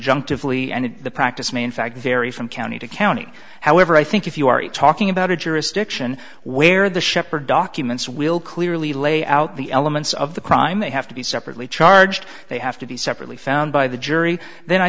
lee and the practice may in fact vary from county to county however i think if you are talking about a jurisdiction where the shepherd documents will clearly lay out the elements of the crime they have to be separately charged they have to be separately found by the jury then i